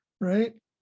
right